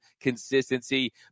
consistency